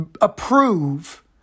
approve